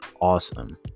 awesome